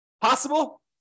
Possible